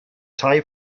tai